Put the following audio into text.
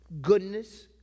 goodness